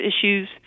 issues